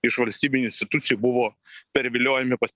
iš valstybinių institucijų buvo perviliojami pas